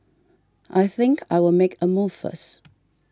I think I will make a move first